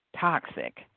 Toxic